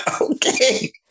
Okay